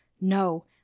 no